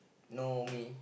know me